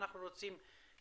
אנחנו כן רוצים להתקדם,